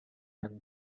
and